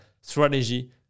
strategy